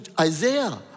Isaiah